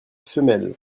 femelle